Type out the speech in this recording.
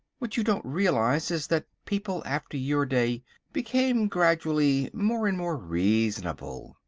what you don't realise is that people after your day became gradually more and more reasonable.